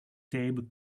table